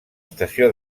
estació